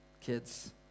kids